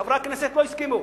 חברי הכנסת לא הסכימו.